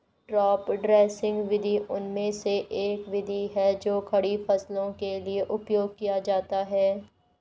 top dressing विधि उनमें से एक विधि है जो खड़ी फसलों के लिए उपयोग किया जाता है